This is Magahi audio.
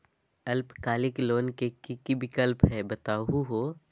अल्पकालिक लोन के कि कि विक्लप हई बताहु हो?